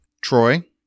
Troy